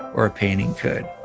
or a painting could,